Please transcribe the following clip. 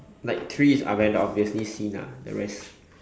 like three is are very obviously seen ah the rest